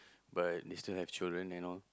but they still have children and all